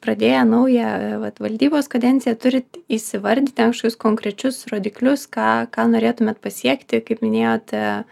pradėję naują vat valdybos kadenciją turit įsivardyti ten kažkokius konkrečius rodiklius ką ką norėtumėt pasiekti kaip minėjote